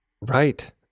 Right